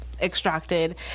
extracted